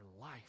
life